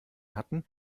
hatten